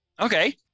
Okay